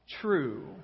true